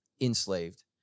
enslaved